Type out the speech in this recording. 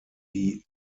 die